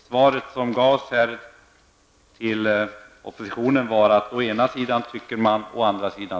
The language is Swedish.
Svaret som gavs till oppositionen var mest ''å ena sidan och å andra sidan''.